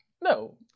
no